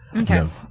Okay